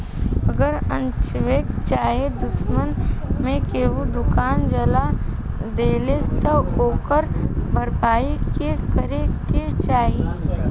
अगर अन्चक्के चाहे दुश्मनी मे केहू दुकान जला देलस त ओकर भरपाई के करे के चाही